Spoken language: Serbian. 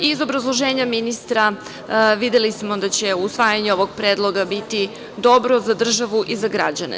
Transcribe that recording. Iz obrazloženja ministra videli smo da će usvajanje ovog predloga biti dobro za državu i za građane.